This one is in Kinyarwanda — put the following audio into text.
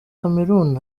cameroun